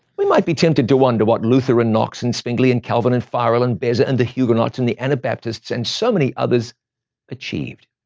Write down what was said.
we might be tempted to wonder what luther and knox and zwingli and calvin and farel and beza and the huguenots and the anabaptists and so many others achieved.